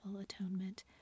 atonement